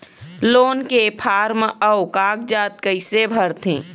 Loan के form अऊ कागजात कइसे भरथें?